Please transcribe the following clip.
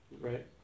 right